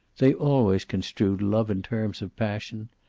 they always construed love in terms of passion.